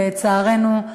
לצערנו,